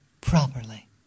properly